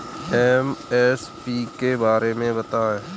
MSP के बारे में बतायें?